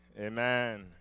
Amen